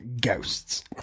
ghosts